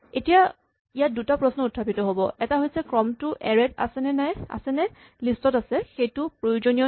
এতিয়া ইয়াত দুটা প্ৰশ্ন উত্থাপিত হ'ব এটা হৈছে ক্ৰমটো এৰে ত আছেনে লিষ্ট আছে সেইটো প্ৰয়োজনীয় নে